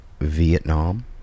Vietnam